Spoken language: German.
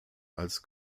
als